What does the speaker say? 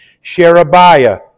Sherebiah